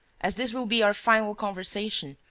as this will be our final conversation,